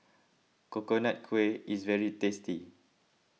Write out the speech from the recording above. Coconut Kuih is very tasty